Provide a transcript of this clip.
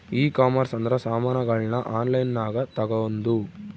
ಈ ಕಾಮರ್ಸ್ ಅಂದ್ರ ಸಾಮಾನಗಳ್ನ ಆನ್ಲೈನ್ ಗ ತಗೊಂದು